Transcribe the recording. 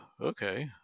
okay